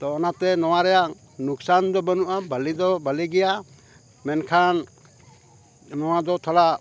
ᱛᱚ ᱚᱱᱟᱛᱮ ᱱᱚᱣᱟ ᱨᱮᱱᱟᱜ ᱞᱚᱠᱥᱟᱱ ᱫᱚ ᱵᱟᱹᱱᱩᱜᱼᱟ ᱵᱷᱟᱹᱞᱤ ᱫᱚ ᱵᱟᱹᱞᱤ ᱜᱮᱭᱟ ᱢᱮᱱᱠᱷᱟᱱ ᱱᱚᱣᱟ ᱫᱚ ᱛᱷᱚᱲᱟ